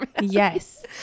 yes